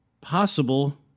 possible